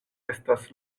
estas